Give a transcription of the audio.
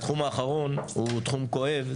התחום האחרון הוא תחום כואב,